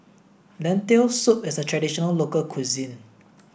lentil soup is a traditional local cuisine